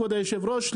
כבוד היושב-ראש,